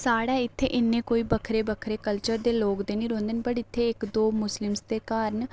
साढ़े इत्थै कोई इन्ने बक्खरे बक्खरे कल्चर दे लोक निं रौहंदे पर इत्थै इक्क दो मुस्लिम दे घर न